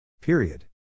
Period